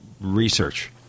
research